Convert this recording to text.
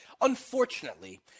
Unfortunately